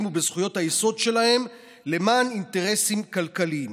ובזכויות היסוד שלהם למען אינטרסים כלכליים".